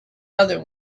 other